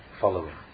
following